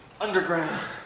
Underground